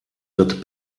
wird